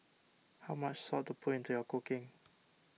how much salt to put into your cooking